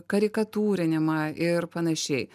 karikatūrinimą ir panašiai